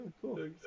Cool